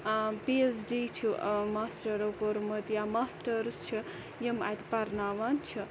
P H D چھُ ماسٹَرَو کوٚرمُت یا ماسٹٲرٕس چھِ یِم اَتہٕ پَرناوان چھِ